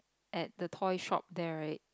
at the toy shop there right